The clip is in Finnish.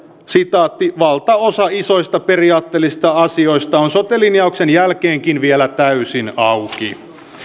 valtaosa isoista periaatteellisista asioista on sote linjauksen jälkeenkin vielä täysin auki